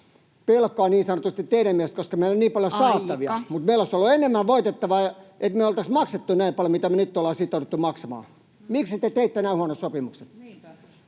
niin sanotusti, pelkoa teidän mielestänne, koska meillä on niin paljon saatavia, [Puhemies: Aika!] mutta meillä olisi ollut enemmän voitettavaa, että me ei oltaisi maksettu näin paljon kuin mitä me nyt ollaan sitouduttu maksamaan? Miksi te teitte näin huonon sopimuksen?